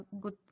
good